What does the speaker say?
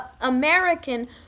american